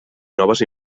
noves